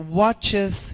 watches